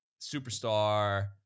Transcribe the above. superstar